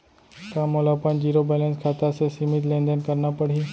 का मोला अपन जीरो बैलेंस खाता से सीमित लेनदेन करना पड़हि?